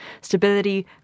stability